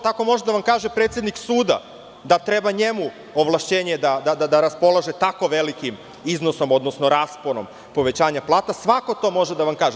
Tako može da vam kaže predsednik suda da treba njemu ovlašćenje da raspolaže tako velikim iznosom, odnosno rasponom povećanja plata i svako to može da vam kaže.